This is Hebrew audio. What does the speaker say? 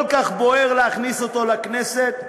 כל כך בוער להכניס אותו לכנסת,